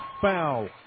foul